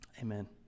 Amen